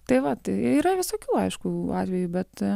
tai vat yra visokių aišku atvejų bet